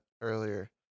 earlier